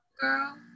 Girl